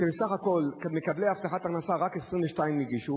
שבסך הכול ממקבלי הבטחת הכנסה רק 22 הגישו,